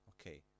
Okay